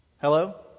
Hello